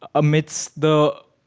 ah omits the,